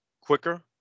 quicker